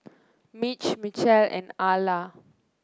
Mitch Michelle and Ala